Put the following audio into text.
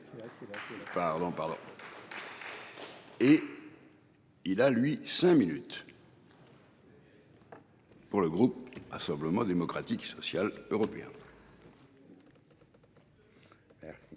Pardon, pardon. Il a lui-cinq minutes. Pour le groupe a simplement démocratique et social européen. Merci.